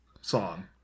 song